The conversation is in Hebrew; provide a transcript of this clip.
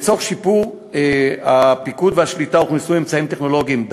לצורך שיפור הפיקוד והשליטה הוכנסו אמצעים טכנולוגיים,